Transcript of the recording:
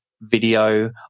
video